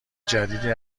جدیدی